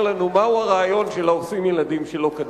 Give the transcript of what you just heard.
לנו מהו הרעיון של ה"עושים ילדים שלא כדין".